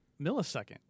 millisecond